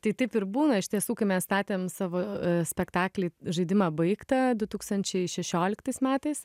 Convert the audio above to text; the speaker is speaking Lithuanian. tai taip ir būna iš tiesų kai mes statėm savo spektaklį žaidimą baigtą du tūkstančiai šešioliktais metais